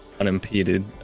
unimpeded